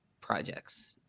projects